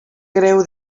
greu